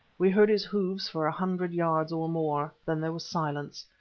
we heard his hoofs for a hundred yards or more, then there was silence,